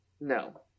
No